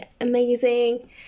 amazing